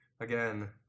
again